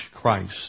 Christ